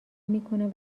میکنن